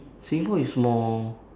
singapore is more